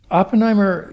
Oppenheimer